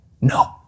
no